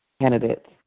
candidates